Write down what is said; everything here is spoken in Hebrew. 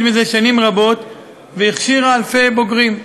זה שנים רבות והכשירה אלפי בוגרים.